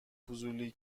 فضولی